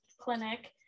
clinic